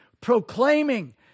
proclaiming